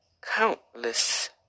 Countless